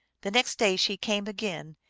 the next day she came again,